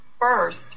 First